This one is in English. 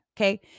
okay